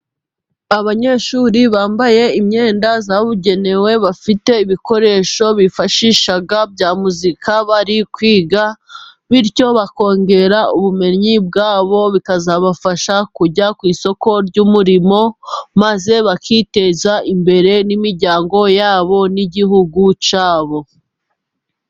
Abanyeshuri bambaye imyenda yabugenewe, bafite ibikoresho bifashisha bya muzika bari kwiga, bityo bakongera ubumenyi bwabo, bikazabafasha kujya ku isoko ry'umurimo, maze bakiteza imbere n'imiryango yabo n'igihugu cyabo.